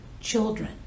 children